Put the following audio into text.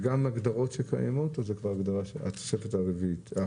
זה גם הגדרות שקיימות, התוספת הרביעית?